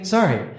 Sorry